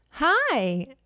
Hi